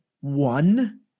one